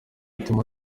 ituma